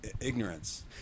ignorance